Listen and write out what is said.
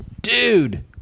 Dude